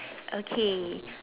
okay